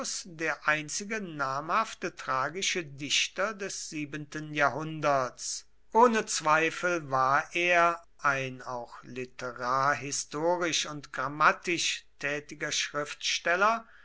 der einzige namhafte tragische dichter des siebenten jahrhunderts ohne zweifel war er ein auch literarhistorisch und grammatisch tätiger schriftsteller